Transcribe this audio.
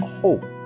hope